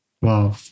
Wow